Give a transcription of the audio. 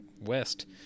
West